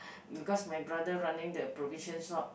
because my brother running the provision shop